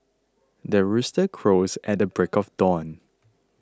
the rooster crows at the break of dawn